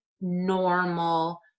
normal